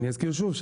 אזכיר שוב,